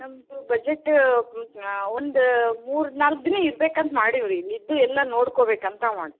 ನಮ್ಮದು ಬಜೆಟ್ ಒಂದು ಮೂರು ನಾಲ್ಕು ದಿನ ಇರ್ಬೇಕಂತ ಮಾಡೀವ್ರಿ ಇಲ್ಲಿ ಇದ್ದು ಎಲ್ಲ ನೋಡಿಕೊಬೇಕಂತ ಮಾಡಿ